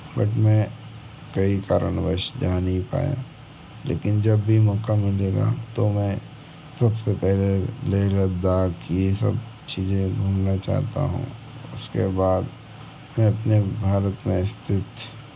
but मैं कोई कारणवश जा नहीं पाया लेकिन जब भी मौक़ा मिलेगा तो मैं सब से पहले लेह लद्दाख़ की सब चीज़ें घूमना चाहता हूँ उसके बाद मैं अपने भारत में स्थित